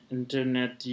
internet